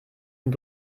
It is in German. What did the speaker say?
und